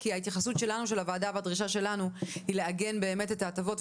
כי ההתייחסות של הוועדה והדרישה שלנו היא לעגן את ההטבות.